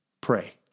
pray